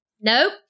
Nope